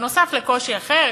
נוסף על קושי אחר,